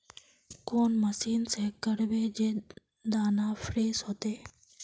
कौन मशीन से करबे जे दाना फ्रेस होते?